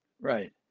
Right